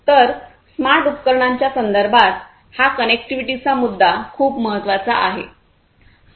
तर स्मार्ट उपकरणांच्या संदर्भात हा कनेक्टिव्हिटीचा मुद्दा खूप महत्वाचा आहे